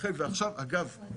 ואגב,